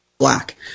black